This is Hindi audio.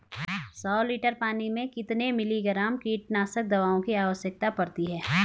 सौ लीटर पानी में कितने मिलीग्राम कीटनाशक दवाओं की आवश्यकता पड़ती है?